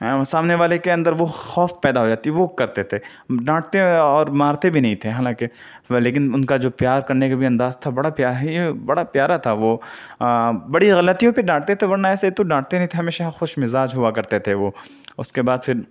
سامنے والے کے اندر وہ خوف پیدا ہو جاتی ہے وہ کرتے تھے ڈانٹتے اور مارتے بھی نہیں تھے حالانکہ لیکن ان کا جو پیار کرنے کا بھی انداز تھا بڑا کیا ہی بڑا پیارا تھا وہ بڑی غلطیوں پہ ڈانٹتے تھے ورنہ ایسے تو ڈانٹتے نہیں تھے ہمیشہ خوش مزاج ہوا کرتے تھے وہ اس کے بعد پھر